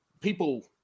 people